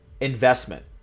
investment